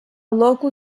local